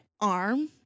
arm